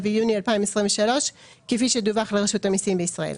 ויוני 2023 כפי שדווח לרשות המסים בישראל,